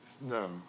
No